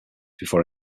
before